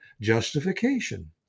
justification